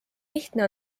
lihtne